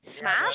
Smash